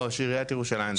לא, של עיריית ירושלים דווקא.